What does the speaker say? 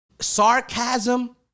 sarcasm